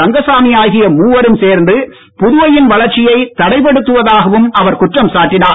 ரங்கசாமி ஆகிய மூவரும் சேர்ந்து புதுவையின் வளர்ச்சியை தடைப்படுத்துவதாகவும் அவர் சாட்டினார்